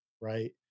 right